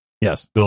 yes